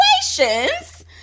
situations